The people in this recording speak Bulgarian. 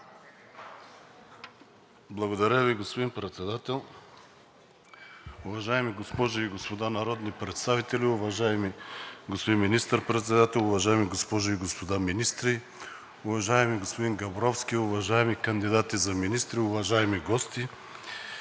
Благодаря Ви, господин Председател. Уважаеми госпожи и господа народни представители, уважаеми господин Министър-председател, уважаеми госпожи и господа министри, уважаеми господин Габровски, уважаеми кандидати за министри, уважаеми гости!